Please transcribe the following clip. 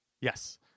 Yes